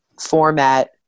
format